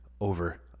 over